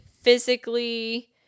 physically